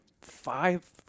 five